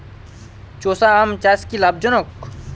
চোষা আম চাষ কি লাভজনক?